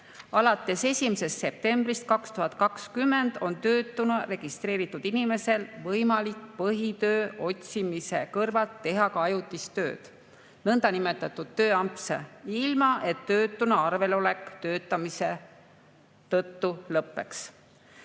alates 1. septembrist 2020 on töötuna registreeritud inimesel võimalik põhitöö otsimise kõrvalt teha ka ajutist tööd, nõndanimetatud tööampse, ilma et töötuna arvelolek töötamise tõttu lõpeks.